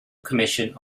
commission